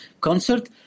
concert